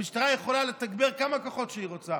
המשטרה יכולה לתגבר כמה כוחות שהיא רוצה.